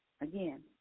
again